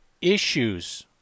issues